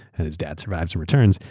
and his dad survives and returns.